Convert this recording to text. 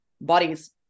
bodies